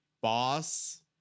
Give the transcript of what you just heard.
boss